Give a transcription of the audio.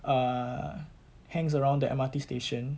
err hangs around the M_R_T station